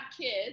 kids